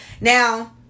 now